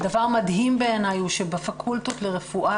דבר מדהים בעיני הוא שבפקולטות לרפואה